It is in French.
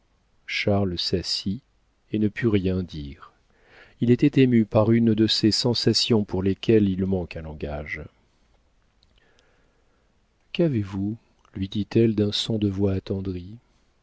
charles s'assit et ne put rien dire il était ému par une de ces sensations pour lesquelles il manque un langage qu'avez-vous lui dit-elle d'un son de voix attendrie